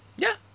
ya